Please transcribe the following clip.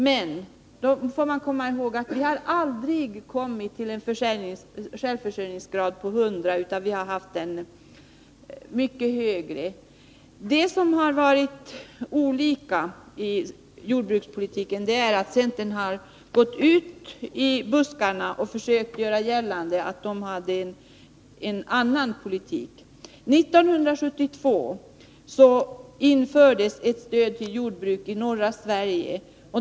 Men då får man komma ihåg att vi aldrig har kommit till en självförsörjningsgrad på 100 26 utan den har varit mycket högre. Centern har emellertid försökt göra gällande att det partiet hade en annan politik. År 1972 infördes ett stöd till jordbruk i norra Sverige.